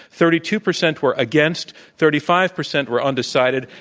thirty two percent were against. thirty five percent were undecided.